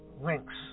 links